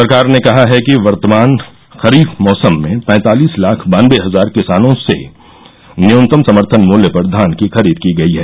सरकार ने कहा है कि वर्तमान खरीफ मैसम में पैंतालिस लाख बानबे हजार किसानों से न्यूनतम समर्थन मूल्य पर धान की खरीद की गई है